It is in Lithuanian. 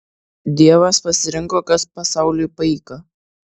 dievas pasirinko kas pasauliui paika